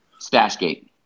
Stashgate